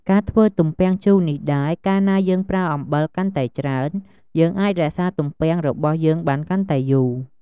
ការធ្វើទំពាំងជូរនេះដែរ កាលណាយើងប្រើអំបិលកាន់តែច្រើន យើងអាចរក្សាទំពាំងរបស់យើងបានកាន់តែយូរ។